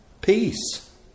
peace